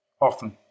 often